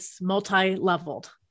multi-leveled